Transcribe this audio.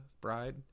bride